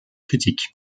critiques